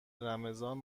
رمضان